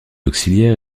auxiliaire